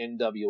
NWA